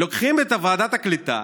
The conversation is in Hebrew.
לוקחים את ועדת הקליטה,